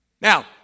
Now